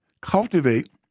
cultivate